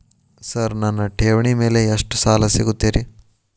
Sir ನನ್ನ ಠೇವಣಿ ಮೇಲೆ ಎಷ್ಟು ಸಾಲ ಸಿಗುತ್ತೆ ರೇ?